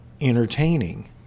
entertaining